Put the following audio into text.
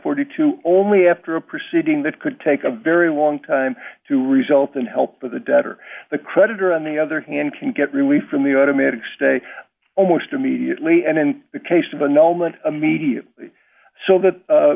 forty two only after a proceeding that could take a very long time to result in help of the debt or the creditor on the other hand can get relief from the automatic stay almost immediately and in the case of an element media so that